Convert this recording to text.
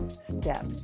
step